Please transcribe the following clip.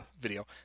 video